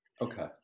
Okay